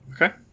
Okay